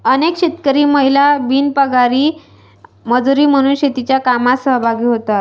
अनेक शेतकरी महिला बिनपगारी मजुरी म्हणून शेतीच्या कामात सहभागी होतात